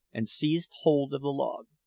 and seized hold of the log.